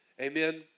Amen